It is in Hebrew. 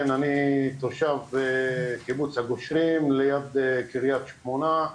כן, אני תושב קיבוץ הגושרים, ליד קרית שמונה.